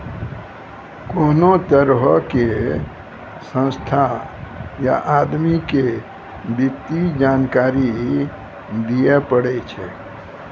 कोनो तरहो के संस्था या आदमी के वित्तीय जानकारी दियै पड़ै छै